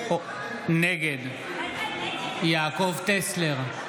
נגד יעקב טסלר,